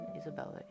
Isabella